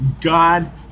God